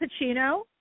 Pacino